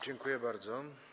Dziękuję bardzo.